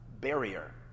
barrier